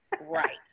right